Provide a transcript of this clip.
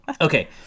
Okay